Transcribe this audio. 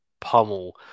pummel